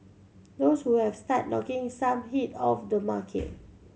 those who have started knocking some heat off the market